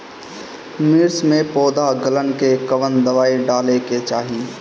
मिर्च मे पौध गलन के कवन दवाई डाले के चाही?